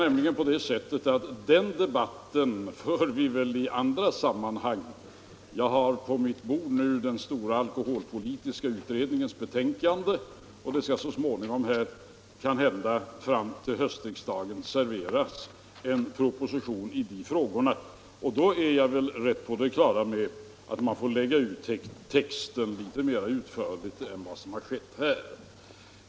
Den debatten för vi i andra sammanhang. Jag har på mitt bord nu den stora alkoholpolitiska utredningens betänkande, och det skall så småningom — kanhända till höstriksdagen — serveras en proposition i de frågorna. Då är jag rätt på det klara med att man får lägga ut texten litet mer än vad som här har skett.